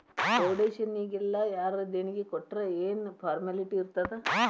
ಫೌಡೇಷನ್ನಿಗೆಲ್ಲಾ ಯಾರರ ದೆಣಿಗಿ ಕೊಟ್ರ್ ಯೆನ್ ಫಾರ್ಮ್ಯಾಲಿಟಿ ಇರ್ತಾದ?